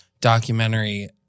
documentary